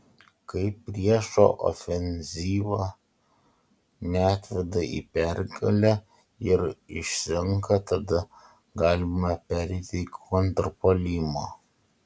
kai priešo ofenzyva neatveda į pergalę ir išsenka tada galima pereiti į kontrpuolimą